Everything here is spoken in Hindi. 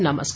नमस्कार